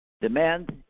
Demand